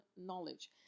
knowledge